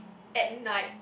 at night